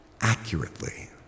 accurately